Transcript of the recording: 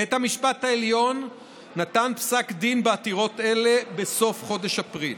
בית המשפט העליון נתן פסק דין בעתירות אלה בסוף חודש אפריל,